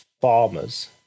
farmers